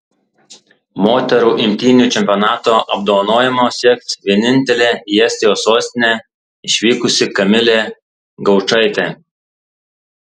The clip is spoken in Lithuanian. moterų imtynių čempionato apdovanojimo sieks vienintelė į estijos sostinę išvykusi kamilė gaučaitė